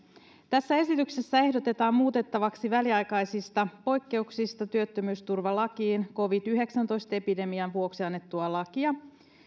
tässä esityksessä ehdotetaan muutettavaksi väliaikaisista poikkeuksista työttömyysturvalakiin covid yhdeksäntoista epidemian vuoksi annettua lakia